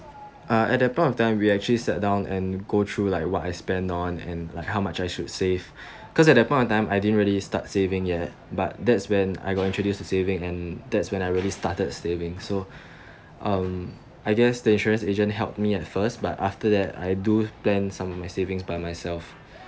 uh at that point of time we actually sat down and go through like what I spend on and like how much I should save cause at that point of time I didn't really start saving yet but that's when I got introduced a saving and that's when I really started saving so um I guess the insurance agent helped me at first but after that I do plan some of my saving by myself